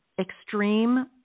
extreme